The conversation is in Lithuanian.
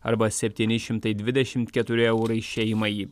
arba septyni šimtai dvidešimt keturi eurai šeimai